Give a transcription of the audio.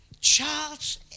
Charles